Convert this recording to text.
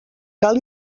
cal